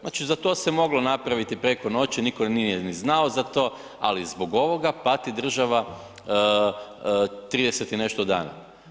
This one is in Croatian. Znači za to se moglo napraviti preko noći, nitko nije ni znao za to, ali zbog ovoga pati država 30 i nešto dana.